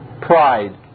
Pride